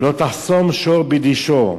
"לא תחסֹם שור בדישו".